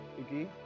okay